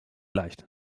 leicht